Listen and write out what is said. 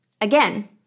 Again